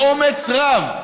באומץ רב,